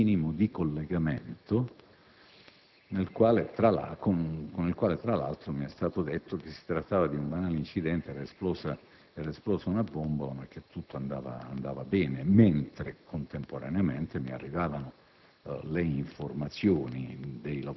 sono riuscito ad avere un collegamento, nel quale, tra l'altro, mi è stato detto che si trattava di un banale incidente, che era esplosa una bombola, ma che tutto andava bene. Contemporaneamente, invece, mi arrivavano